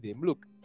look